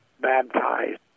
baptized